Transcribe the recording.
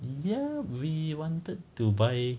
ya we wanted to buy